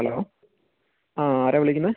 hello ആ ആരാ വിളിക്കുന്നത്